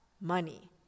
money